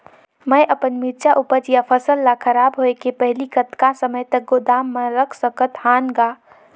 मैं अपन मिरचा ऊपज या फसल ला खराब होय के पहेली कतका समय तक गोदाम म रख सकथ हान ग?